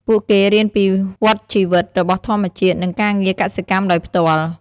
ពួកគេរៀនពីវដ្តជីវិតរបស់ធម្មជាតិ និងការងារកសិកម្មដោយផ្ទាល់។